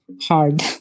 hard